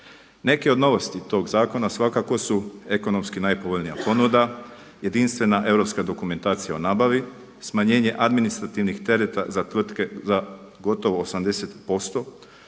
Neke od novosti tog zakona svakako su ekonomski najpovoljnija ponuda, jedinstvena europska dokumentacija o nabavi, smanjenje administrativnih tereta za tvrtke za gotovo 80%,